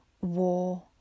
war